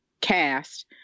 cast